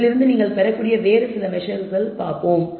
இதிலிருந்து நீங்கள் பெறக்கூடிய வேறு சில மெஸர்களைப் பார்ப்போம்